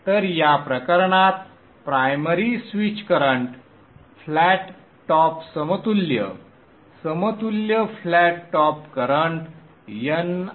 तर या प्रकरणात primary switch current flat top समतुल्य समतुल्य flat top current n Io असेल